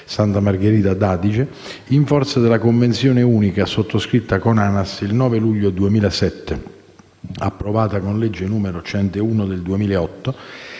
434-S.Margherita d'Adige, in forza della convenzione unica sottoscritta con l'ANAS il 9 luglio 2007, approvata con legge n. 101 del 2008